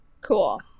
Cool